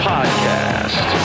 Podcast